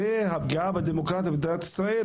הרי הפגיעה בדמוקרטיה במדינת ישראל,